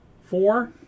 Four